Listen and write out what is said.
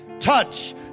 touch